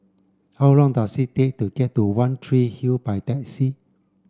how long does it take to get to One Tree Hill by taxi